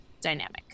dynamic